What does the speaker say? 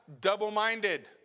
double-minded